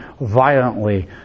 violently